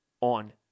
on